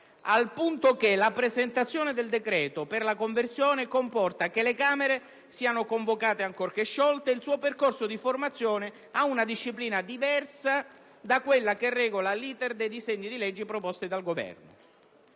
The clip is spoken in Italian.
al punto che la presentazione del decreto-legge per la conversione comporta che le Camere vengano convocate ancorché sciolte (...), e il suo percorso di formazione ha una disciplina diversa da quella che regola l'*iter* dei disegni di legge proposti dal Governo».